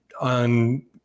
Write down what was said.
on